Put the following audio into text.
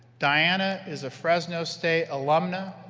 diana is a fresno state alumna,